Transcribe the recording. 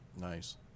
Nice